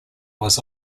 was